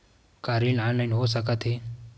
का ऋण ऑनलाइन हो सकत हे?